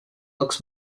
looks